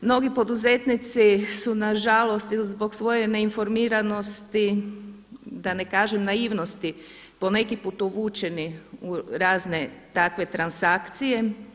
Mnogi poduzetnici su nažalost ili zbog svoje neinformiranosti, da ne kažem naivnosti po neki put uvučeni u razne takve transakcije.